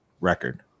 record